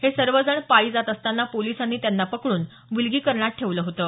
हे सर्वजण पायी जात असताना पोलिसांनी त्यांना पकडून विलगीकरणात ठेवलं होतं